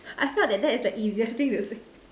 I felt that that is the easiest thing to say